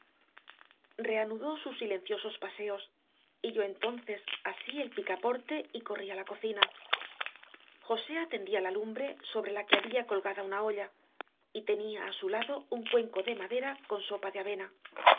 reanudó sus silenciosos paseos y yo entonces asíelpicaporte y corría la cocina joséatendía la lumbre sobrela quehabía colgada una olla y tenía a su lado un cuenco demadera con sopa deavena